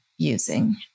using